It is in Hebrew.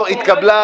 בעד,